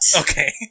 okay